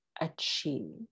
achieve